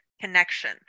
connection